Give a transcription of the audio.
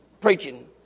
preaching